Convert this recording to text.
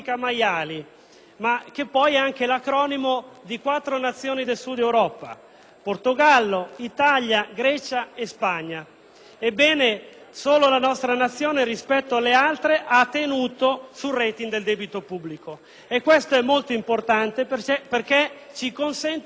ma che è anche l'acronimo di quattro Nazioni del Sud Europa: Portogallo, Italia, Grecia e Spagna. Ebbene, solo la nostra Nazione, rispetto alle altre, ha tenuto sul *rating* del debito pubblico e questo è molto importante, perché ci consente di non avere